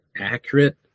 accurate